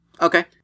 Okay